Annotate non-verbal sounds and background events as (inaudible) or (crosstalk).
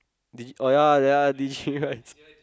Digi~ oh ya ya Digirise (laughs)